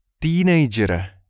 Teenager